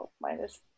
Minus